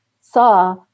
saw